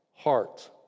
heart